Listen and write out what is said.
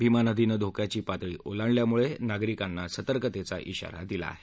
भीमा नदीनं धोक्याची पातळी ओलांडल्यामुळे नागरिकांना सतर्कतेचा इशारा दिला आहे